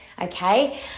Okay